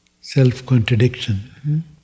Self-contradiction